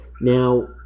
Now